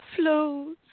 Flows